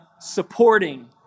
supporting